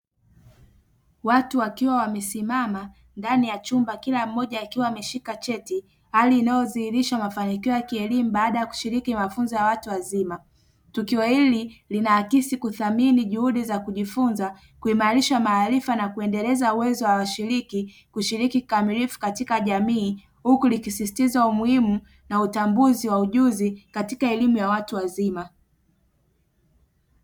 Watu wakiwa wamesimama ndani ya chumba kila mmoja akiwa ameshika cheti, hali inayodhihirisha mafanikio ya kielimu baada ya kushiriki mafunzo ya watu wazima, tukio hili linaakisi kuthamini juhudi za kujifunza, kuimarisha maarifa na kuendeleza uwezo wa washiriki kushiriki kikamilifu katika jamii huku likisisitiza umuhimu na utambuzi wa ujuzi katika elimu ya watu wazima.